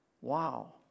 wow